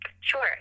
Sure